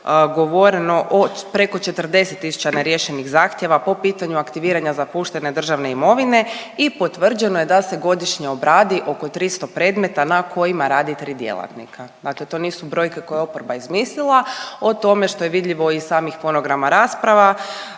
govoreno o preko 40 tisuća neriješenih zahtjeva po pitanju aktiviranja zapuštene državne imovine i potvrđeno je da se godišnje obradi oko 300 predmeta na kojima rade 3 djelatnika. Dakle, to nisu brojke koje je oporba izmislila o tome što je vidljivo iz samih fonograma rasprava